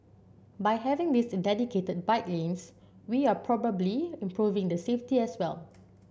by having these dedicated bike lanes we're probably improving the safety as well